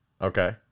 Okay